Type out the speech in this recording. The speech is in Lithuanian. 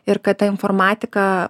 ir kad ta informatika